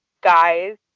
guys